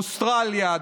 אוסטרליה,